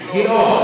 גילאון.